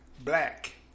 Black